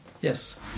Yes